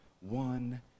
one